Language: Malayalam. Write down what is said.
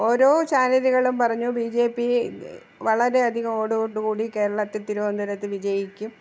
ഓരോ ചാനലുകളും പറഞ്ഞു ബി ജെ പി വളരെയധികം വോട്ടോടുകൂടി കേരളത്തില് തിരുവനന്തപുരത്ത് വിജയിക്കും